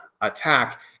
attack